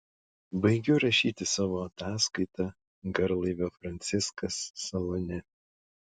baigiu rašyti savo ataskaitą garlaivio franciskas salone